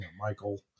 michael